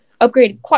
upgrade